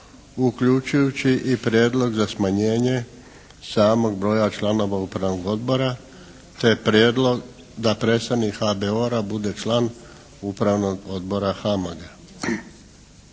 uključujući i prijedlog za smanjenje samog broja članova upravnog odbora, te prijedlog da predstavnik HBOR-a bude član Upravnog odbora HAMAG-a.